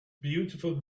beautiful